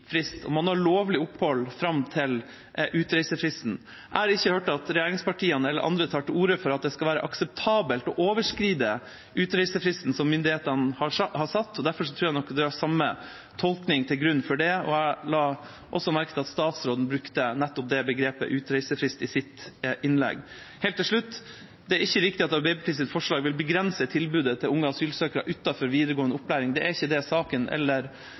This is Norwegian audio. frist, og man har lovlig opphold fram til utreisefristen. Jeg har ikke hørt at regjeringspartiene eller andre har tatt til orde for at det skal være akseptabelt å overskride utreisefristen som myndighetene har satt. Derfor tror jeg nok at vi har lagt samme tolkning til grunn, og jeg la også merke til at statsråden også brukte begrepet «utreisefrist» i sitt innlegg. Til slutt: Det er ikke riktig at Arbeiderpartiets forslag vil begrense tilbudet til unge asylsøkere utenfor videregående opplæring. Det er ikke det saken